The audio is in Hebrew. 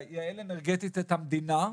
לייעל אנרגטית את המדינה,